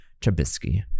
Trubisky